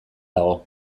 dago